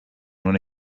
una